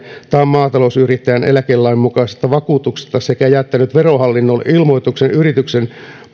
maatalousyrittäjän eläkelain mukaisesta vakuutuksesta sekä jättänyt verohallinnolle ilmoituksen yrityksen